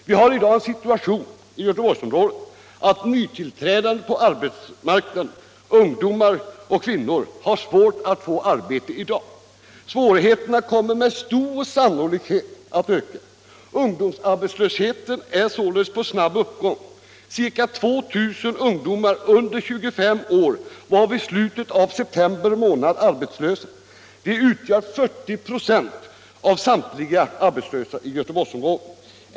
Vi har i dag den situationen i Göteborgsområdet att de nytillträdande på arbetsmarknaden såsom ungdomar och kvinnor har svårt att få arbete. Svårigheterna kommer med stor sannolikhet att öka. Ungdomsarbetslösheten är således på snabb uppgång. Ca 2 000 ungdomar under 25 år var vid slutet av september månad arbetslösa. De utgör 40 ?5 av samtliga arbetslösa i Göteborgsområdet.